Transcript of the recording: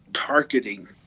Targeting